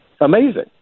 Amazing